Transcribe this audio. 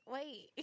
Wait